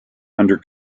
under